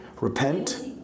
repent